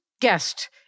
guest